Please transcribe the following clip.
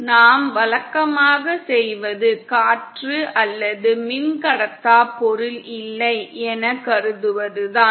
நாம் வழக்கமாக செய்வது காற்று அல்லது மின்கடத்தா பொருள் இல்லை எனக் கருதுவதுதான்